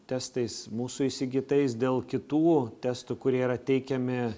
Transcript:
testais mūsų įsigytais dėl kitų testų kurie yra teikiami